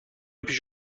پیش